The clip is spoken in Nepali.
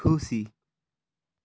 खुसी